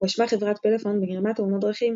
הואשמה חברת פלאפון בגרימת תאונות דרכים,